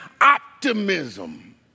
optimism